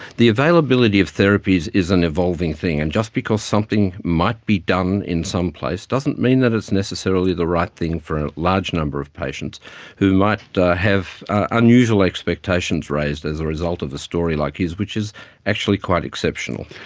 the availability of therapies is an evolving thing, and just because something might be done in some place doesn't mean that it's necessarily the right thing for a large number of patients who might have unusual expectations raised as the result of a story like his which is actually quite exceptional.